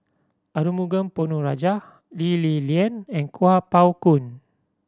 Arumugam Ponnu Rajah Lee Li Lian and Kuo Pao Kun